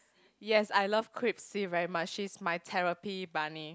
yes I love Kripsy very much she is my therapy bunny